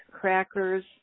crackers